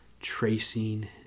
tracing